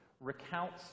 recounts